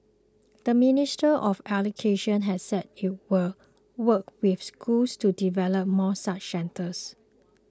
the Ministry of Education has said it will work with schools to develop more such centres